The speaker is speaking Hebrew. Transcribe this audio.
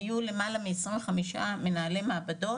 היו למעלה מ-25 מנהלי מעבדות.